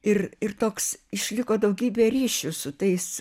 ir ir toks išliko daugybė ryšių su tais